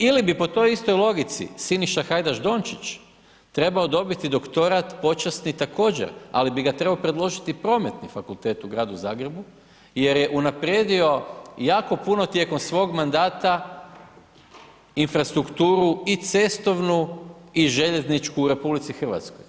Ili bi po toj istoj logici Siniša Hajdaš Dončić trebao dobiti doktorat počasni također, ali bi ga trebao predložiti Prometni fakultet u Gradu Zagrebu jer je unaprijedio jako puno tijekom svog mandata infrastrukturu, i cestovnu, i željezničku u Republici Hrvatskoj?